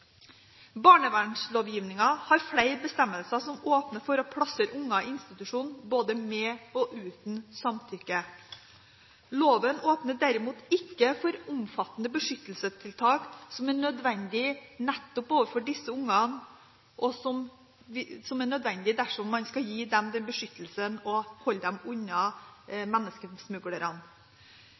har flere bestemmelser som åpner for å plassere unger i institusjon både med og uten samtykke. Loven åpner derimot ikke for omfattende beskyttelsestiltak, som er nødvendig nettopp overfor disse ungene, og som er nødvendig dersom man skal gi dem beskyttelse og holde dem unna menneskesmuglerne.